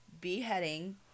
beheading